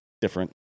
different